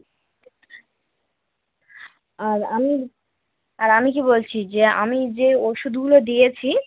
আর আমি আর আমি কী বলছি যে আমি যে ওষুধগুলো দিয়েছি